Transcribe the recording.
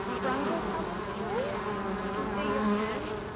brungle public school i can see your hands,